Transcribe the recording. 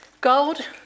Gold